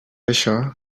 això